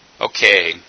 Okay